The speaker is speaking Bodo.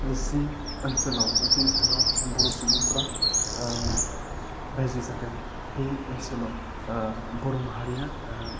जि ओनसोलाव जि ओनसोलाव बर' सुबुंफ्रा रायजो जादों बे ओनसोलाव बर' माहारिया